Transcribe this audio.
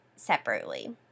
separately